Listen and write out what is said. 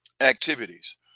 activities